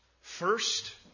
First